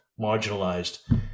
marginalized